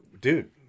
dude